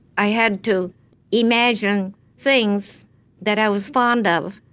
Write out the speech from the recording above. i had to imagine things that i was fond of,